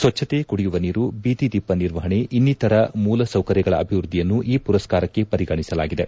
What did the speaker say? ಸ್ವಚ್ಲತೆ ಕುಡಿಯುವ ನೀರು ಬೀದಿ ದೀಪ ನಿರ್ವಹಣೆ ಇನ್ನಿತರ ಮೂಲ ಸೌಕರ್ಯಗಳ ಅಭಿವೃದ್ಧಿಯನ್ನು ಈ ಪುರಸ್ಕಾರಕ್ಕೆ ಪರಿಗಣಿಸಲಾಗಿದೆ